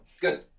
Good